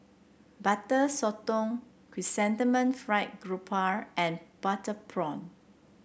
Butter Sotong Chrysanthemum Fried Garoupa and Butter Prawn